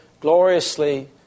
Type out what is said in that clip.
gloriously